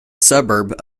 suburb